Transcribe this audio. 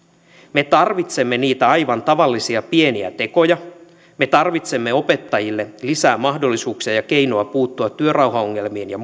me tarvitsemme niitä aivan tavallisia pieniä tekoja me tarvitsemme opettajille lisää mahdollisuuksia ja keinoja puuttua työrauhaongelmiin ja